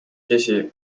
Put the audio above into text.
käsi